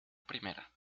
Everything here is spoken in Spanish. primera